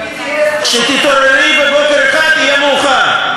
כשתתעוררי בוקר אחד, יהיה מאוחר.